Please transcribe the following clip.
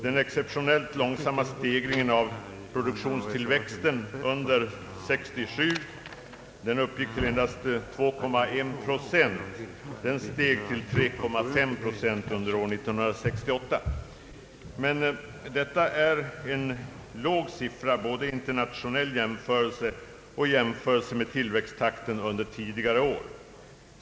Den exceptionellt långsamma stegringen av produktionstillväxten under 1967 — den uppgick till endast 2,1 procent — steg till 3,5 procent. Detta är emellertid en låg siffra, både vid en internationell jämförelse och i jämförelse med tillväxttakten under tidigare år.